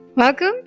Welcome